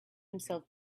himself